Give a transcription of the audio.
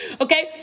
Okay